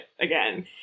again